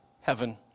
heaven